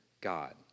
God